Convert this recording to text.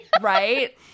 Right